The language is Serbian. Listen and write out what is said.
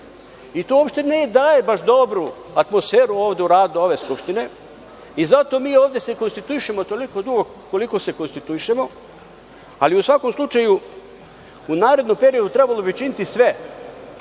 uopšte ne daje baš dobru atmosferu ovde u radu ove Skupštine i zato mi ovde se konstituišemo toliko dugo koliko se konstituišemo. Ali u svakom slučaju u narednom periodu trebalo bi učiniti sve